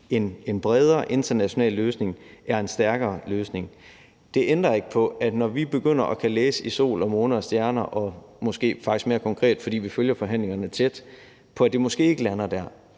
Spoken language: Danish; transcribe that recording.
en bredere international løsning er en stærkere løsning. Det ændrer ikke på, at når vi begynder at kunne læse i sol og måne og stjerner og måske mere konkret, fordi vi følger forhandlingerne tæt, at det måske ikke lander der,